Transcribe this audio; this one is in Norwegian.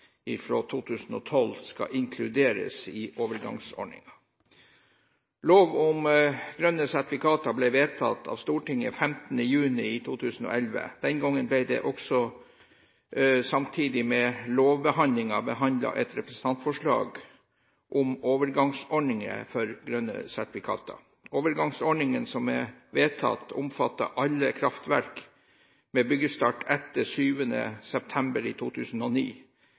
2012, skal inkluderes i overgangsordningen. Lov om grønne sertifikater ble vedtatt av Stortinget 15. juni 2011. Den gangen ble det også samtidig med lovbehandlingen behandlet et representantforslag om overgangsordningen for grønne sertifikater. Overgangsordningen som er vedtatt, omfatter alle kraftverk med byggestart etter 7. september 2009.